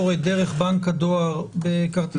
הוגן, שבאמת שווה לכל לאזרחי ישראל.